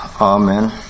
Amen